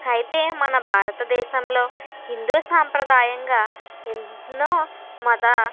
అయితే మన భారతదేశంలో హిందూ సాంప్రదాయంగా ఎన్నో మత